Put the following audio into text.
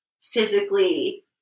physically